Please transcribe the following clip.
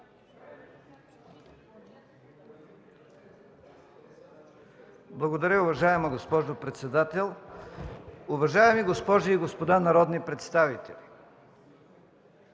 Благодаря, уважаема госпожо председател. Уважаеми госпожи и господа народни представители,